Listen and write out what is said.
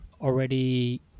already